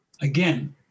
again